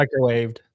Microwaved